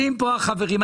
מציעים החברים.